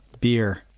beer